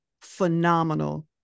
phenomenal